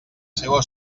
seua